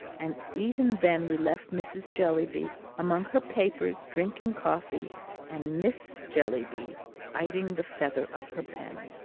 and even then we left mrs. jellyby among her papers drinking coffee and miss jellyby biting the feather of her pen.